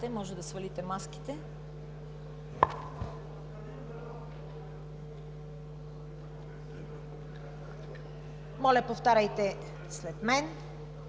може да свалите маските. Моля, повтаряйте след мен.